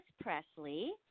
presley